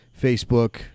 facebook